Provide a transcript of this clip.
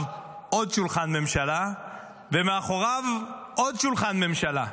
עוד שולחן ממשלה ומאחוריו עוד שולחן ממשלה.